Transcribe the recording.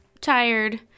tired